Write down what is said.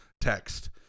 text